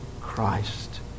Christ